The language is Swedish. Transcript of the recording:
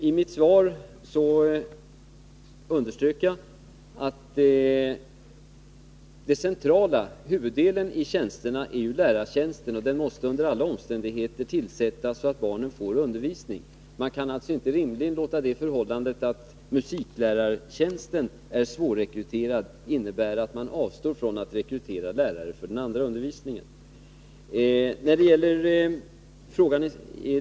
I mitt svar underströk jag att huvuddelen av tjänsterna är lärartjänsterna — de måste under alla omständigheter tillsättas, så att barnen får undervisning. Man kan alltså inte rimligen låta det förhållandet att musiklärartjänsterna är svårrekryterade innebära att man avstår från att rekrytera lärare för undervisningen i andra ämnen än musik.